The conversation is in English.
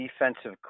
Defensive